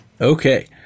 Okay